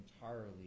entirely